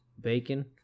bacon